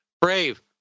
Brave